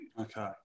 Okay